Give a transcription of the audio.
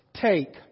take